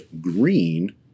green